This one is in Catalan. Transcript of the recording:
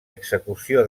execució